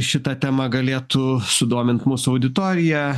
šita tema galėtų sudomint mūsų auditoriją